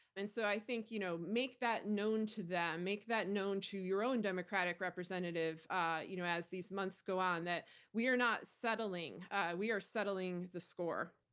and so, i think, you know make that known to them, make that known to your own democratic representative ah you know as these months go on, that we are not settling we are settling the score.